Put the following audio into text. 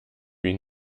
wie